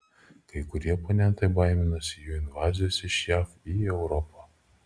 kai kurie oponentai baiminasi jų invazijos iš jav į europą